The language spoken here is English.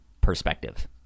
perspective